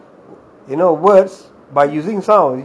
you know words by using some of the is much easier